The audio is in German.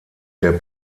der